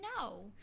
no